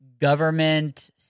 government